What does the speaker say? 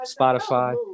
Spotify